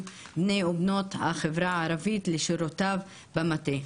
בני ובנות החברה הערבית לשירותיו במטה.